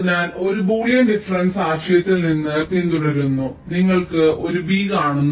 അതിനാൽ ഇത് Boolean difference ആശയത്തിൽ നിന്ന് പിന്തുടരുന്നു നിങ്ങൾ ഒരു b കാണുന്നു